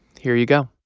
here you go